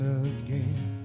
again